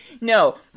No